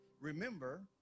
Remember